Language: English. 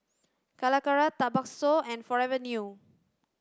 Calacara Tabasco and Forever New